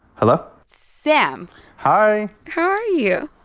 hello? sam hi how are you?